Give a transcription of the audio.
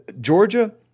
Georgia